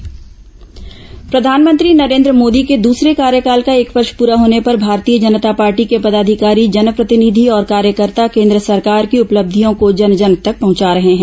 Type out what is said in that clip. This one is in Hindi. भाजपा बालोद प्रधानमंत्री नरेन्द्र मोदी के दूसरे कार्यकाल का एक वर्ष पूरा होने पर भारतीय जनता पार्टी के पदाधिकारी जनप्रतिनिधि और कार्यकर्ता केन्द्र सरकार की उपलब्धियों को जन जन तक पहुंचा रहे हैं